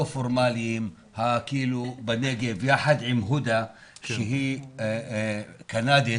פורמליים בנגב יחד עם הודא שהיא קנדית,